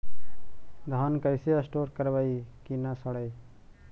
धान कैसे स्टोर करवई कि न सड़ै?